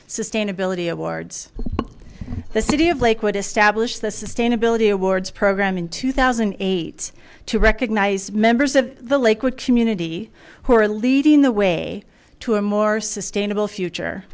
sustainability awards the city of lakewood established the sustainability awards program in two thousand and eight to recognize members of the lakewood community who are leading the way to a more sustainable future